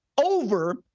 over